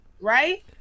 right